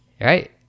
right